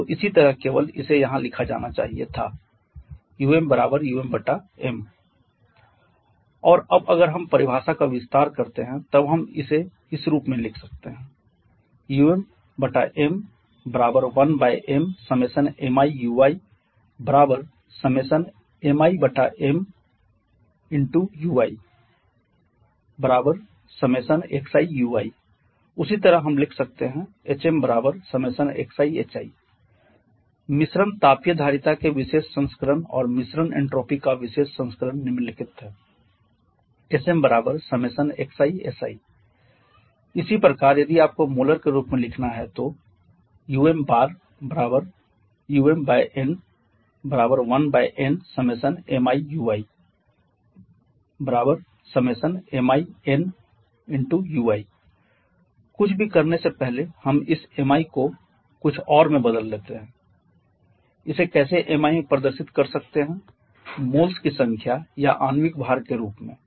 तो इसी तरह केवल इसे यहाँ लिखा जाना चाहिए था um Umm और अब अगर हम परिभाषा का विस्तार करते हैं तब हम इस रूप में लिख सकते हैं Umm1mi1kmi ui i1k ui i1kxi ui उसी तरह हम लिख सकते हैं hmi1kxi hi मिश्रण तापीय धारिता के विशेष संस्करण और मिश्रण एन्ट्रापी का विशेष संस्करण निम्नलिखित है smi1kxi si इसी प्रकार यदि आपको मोलर के रूप में लिखना है तो umUm n1ni1kmi ui i1k ui कुछ भी करने से पहले हम इस mi को कुछ और में बदल देते है इसे कैसे mi में प्रदर्शित कर सकते हैं मोल्स की संख्या या आणविक भार के रूप में